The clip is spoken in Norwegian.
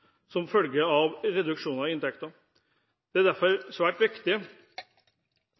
som følge av reduksjoner i inntektene. Det er derfor svært viktig